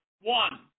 one